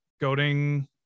goading